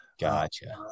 Gotcha